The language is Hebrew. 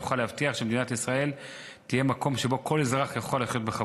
נוכל להבטיח שמדינת ישראל תהיה מקום שבו כל אזרח יוכל לחיות בכבוד.